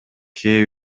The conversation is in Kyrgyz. кээ